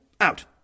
Out